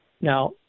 Now